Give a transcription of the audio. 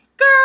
girl